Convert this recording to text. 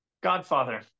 Godfather